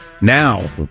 Now